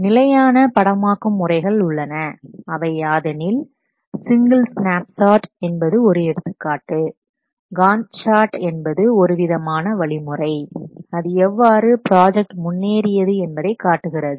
நிலையான படமாக்கும் முறைகள் உள்ளன அவை யாதெனில் சிங்கிள் ஸ்னாப்ஷாட் என்பது ஒரு எடுத்துக்காட்டு காண்ட் சார்ட் என்பது ஒருவிதமான வழிமுறை அது எவ்வாறு ப்ராஜெக்ட் முன்னேறியது என்பதை காட்டுகிறது